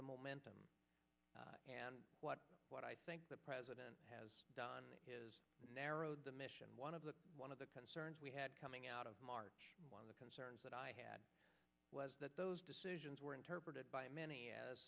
the momentum and what what i think the president has done is narrowed the mission and one of the one of the concerns we had coming out of march and one of the concerns that i had was that those decisions were interpreted by many as